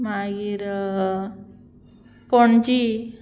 मागीर पणजी